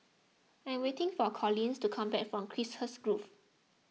I am waiting for Collins to come back from Chiselhurst Grove